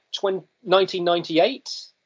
1998